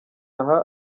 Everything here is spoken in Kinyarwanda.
aha